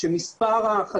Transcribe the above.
והוזכר פה,